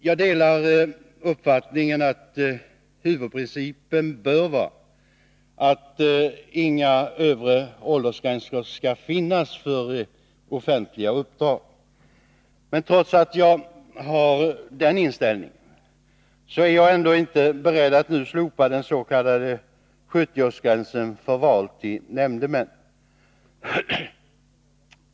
Jag delar uppfattningen att huvudprincipen bör vara att inga övre åldersgränser skall finnas för offentliga uppdrag. Trots att jag har denna inställning är jag inte beredd att nu rösta för ett slopande av den s.k. 70-årsgränsen vid val till nämndeman.